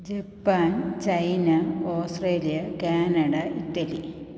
Japan China Australia Canada Italy